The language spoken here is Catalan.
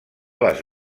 les